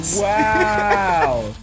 Wow